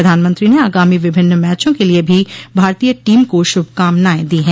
प्रधानमंत्री ने आगामी विभिन्न मैचों के लिए भी भारतीय टीम को शुभकामनाएं दी हैं